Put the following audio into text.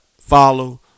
follow